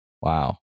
wow